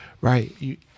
right